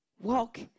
walk